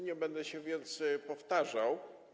Nie będę się więc powtarzał.